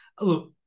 look